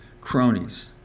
cronies